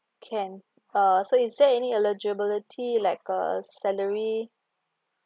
can uh so is there any eligibility like uh salary